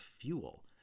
fuel